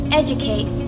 educate